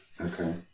Okay